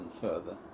further